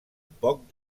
poc